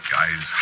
Guys